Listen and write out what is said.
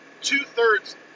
two-thirds